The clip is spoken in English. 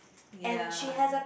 ya